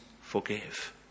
forgive